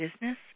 business